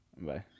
Bye